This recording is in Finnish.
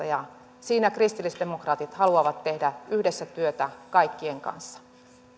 ja siinä kristillisdemokraatit haluavat tehdä yhdessä työtä kaikkien kanssa